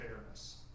fairness